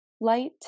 light